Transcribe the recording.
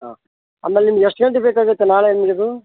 ಹಾಂ ಆಮೇಲೆ ನಿಮಗೆ ಎಷ್ಟು ಗಂಟೆ ಬೇಕಾಗುತ್ತೆ ನಾಳೆ ನಿಮ್ಗೆ ಇದು